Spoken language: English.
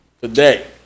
Today